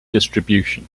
distribution